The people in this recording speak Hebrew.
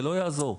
ולא יעזור.